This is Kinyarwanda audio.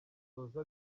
bisoza